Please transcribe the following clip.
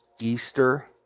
Easter